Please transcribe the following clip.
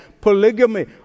polygamy